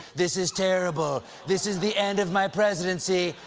this is terrible. this is the end of my presidency.